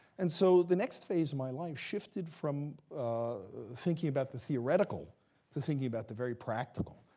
and so, the next phase of my life shifted from thinking about the theoretical to thinking about the very practical.